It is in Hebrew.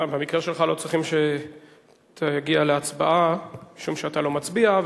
במקרה שלך לא צריכים שתגיע להצבעה משום שאתה לא מצביע.